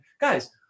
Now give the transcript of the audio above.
guys